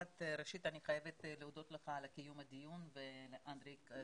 אני חייבת להודות לך על קיום הדיון וכך גם לאנדרי קוז'ינוב.